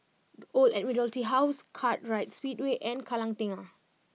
The Old Admiralty House Kartright Speedway and Kallang Tengah